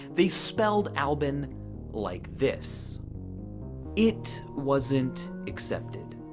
they spelled albin like this it wasn't accepted.